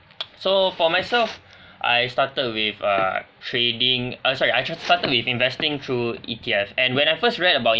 so for myself I started with uh trading err sorry I started with investing through E_T_F and when I first read about